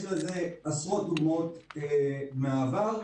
יש לזה עשרות דוגמאות מהעבר,